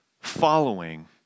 following